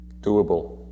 doable